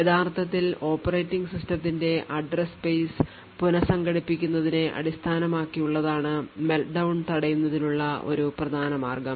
യഥാർത്ഥത്തിൽ ഓപ്പറേറ്റിംഗ് സിസ്റ്റത്തിന്റെ address space പുനസംഘടിപ്പിക്കുന്നതിനെ അടിസ്ഥാനമാക്കിയുള്ളതാണ് Meltdown തടയുന്നതിനുള്ള ഒരു പ്രധാന മാർഗം